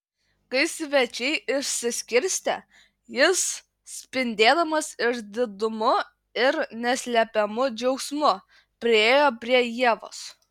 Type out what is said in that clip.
kai svečiai išsiskirstė jis spindėdamas išdidumu ir neslepiamu džiaugsmu priėjo prie ievos